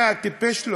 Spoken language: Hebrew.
אתה טיפש?